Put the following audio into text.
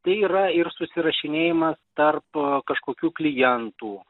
tai yra ir susirašinėjimas tarp kažkokių klientų